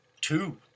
two